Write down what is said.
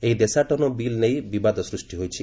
ଏହି ଦେଶାଟନ ବିଲ୍ ନେଇ ବିବାଦ ସୃଷ୍ଟି ହୋଇଛି